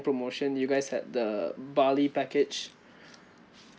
promotion you guys had the bali package